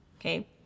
okay